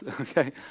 Okay